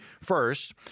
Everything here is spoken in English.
First